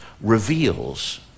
reveals